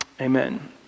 Amen